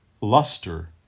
luster